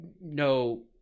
no